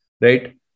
right